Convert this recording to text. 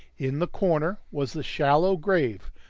in the corner was the shallow grave,